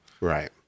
Right